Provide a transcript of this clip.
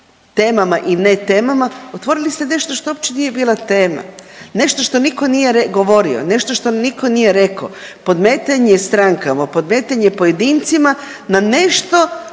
temama i ne temama otvorili ste nešto što uopće nije bila tema, nešto što niko nije govorio, nešto što niko nije rekao, podmetanje strankama, podmetanje pojedincima na nešto